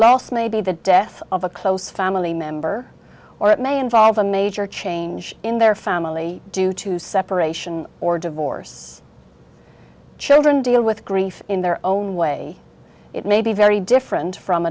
loss may be the death of a close family member or it may involve a major change in their family due to separation or divorce children deal with grief in their own way it may be very different from